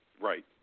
Right